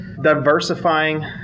diversifying